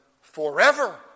forever